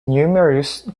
numerous